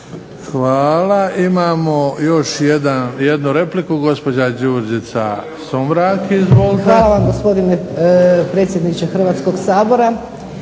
Hvala. Imamo još jednu repliku, gospođa Đurđica Sumrak. **Sumrak, Đurđica (HDZ)** Hvala vam gospodine predsjedniče Hrvatskog sabora.